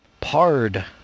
Pard